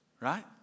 Right